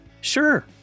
sure